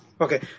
Okay